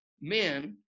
men